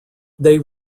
they